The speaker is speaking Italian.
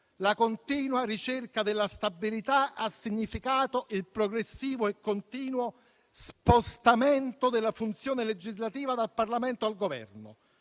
La continua ricerca della stabilità ha significato il progressivo e continuo spostamento della funzione legislativa dal Parlamento al Governo,